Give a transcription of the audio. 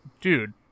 dude